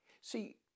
See